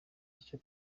icyo